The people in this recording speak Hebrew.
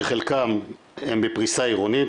שחלקם הם בפריסה עירונית,